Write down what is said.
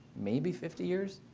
maybe fifty years,